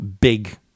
big